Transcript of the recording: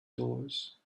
doors